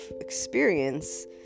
experience